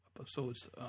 episodes